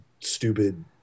stupid